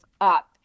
up